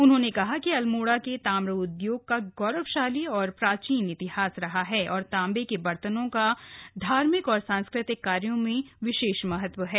उन्होंने कहा कि अल्मोड़ा के ताम्र उद्योग का गौरवशाली प्राचीन इतिहास रहा है और तांबे के बर्तनों का धार्मिक और सांस्कृतिक कार्यों में विशेष महत्व है